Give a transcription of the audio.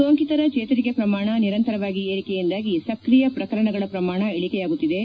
ಸೋಂಕಿತರ ಚೇತರಿಕೆ ಪ್ರಮಾಣ ನಿರಂತರ ಏರಿಕೆಯಿಂದಾಗಿ ಸಕ್ರಿಯ ಪ್ರಕರಣಗಳ ಪ್ರಮಾಣ ಇಳಿಕೆಯಾಗುತ್ತಿದೆ